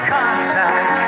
contact